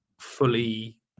fully